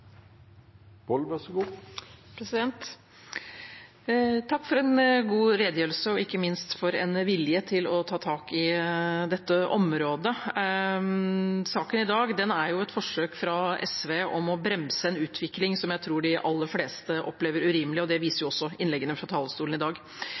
Takk for en god redegjørelse og ikke minst for vilje til å ta tak i dette området. Saken i dag er et forsøk fra SV på å bremse en utvikling som jeg tror de aller fleste opplever urimelig, og det viser